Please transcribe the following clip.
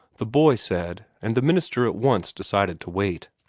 the boy said, and the minister at once decided to wait.